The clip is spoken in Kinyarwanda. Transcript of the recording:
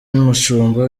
umushumba